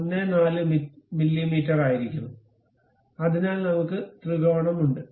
14 മില്ലീമീറ്ററായിരിക്കണം അതിനാൽ നമ്മുക്ക് ത്രികോണം ഉണ്ട്